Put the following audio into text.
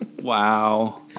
Wow